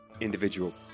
individual